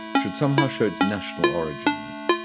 should somehow show its national origins.